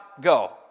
go